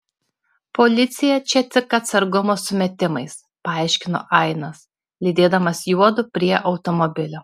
policija čia tik atsargumo sumetimais paaiškino ainas lydėdamas juodu prie automobilio